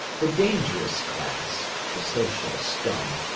the dangerous class, the social scum,